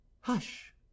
Hush